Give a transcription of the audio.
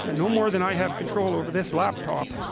and no more than i have control over this laptop